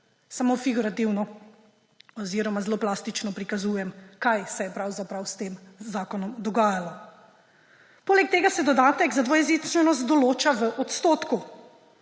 Samo figurativno oziroma zelo plastično prikazujem, kaj se je pravzaprav s tem zakonom dogajalo. Poleg tega se dodatek za dvojezičnost določa v odstotku.